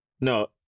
No